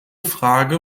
frage